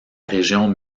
région